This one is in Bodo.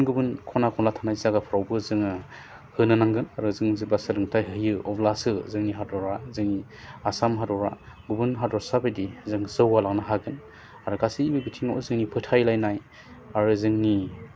गुबुन गुबुन खना खनला थानाय जायगाफ्रावबो जोङो होनो नांगोन आरो जों जेब्ला सोलोंथाइ होयो अब्लासो जोंनि हादरा जोंनि आसाम हादरा गुबुन हादरसा बायदि जों जौगालांनो हागोन आरो गासैबो बिथिङाव जोंनि फोथायलायनाय आरो जोंनि